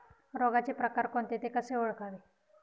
रोगाचे प्रकार कोणते? ते कसे ओळखावे?